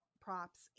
props